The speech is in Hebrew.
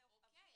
אוקי,